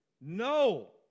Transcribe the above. No